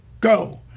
go